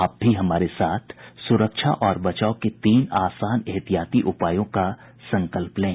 आप भी हमारे साथ सुरक्षा और बचाव के तीन आसान एहतियाती उपायों का संकल्प लें